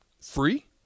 free